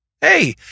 Hey